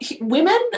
women